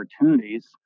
opportunities